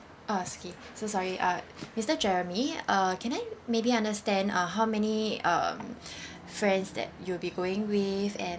ah it's okay so sorry uh mister jeremy uh can I maybe understand uh how many um friends that you'll be going with and